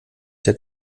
der